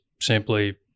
simply